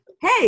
hey